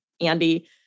Andy